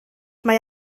mae